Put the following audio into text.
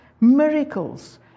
miracles